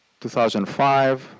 2005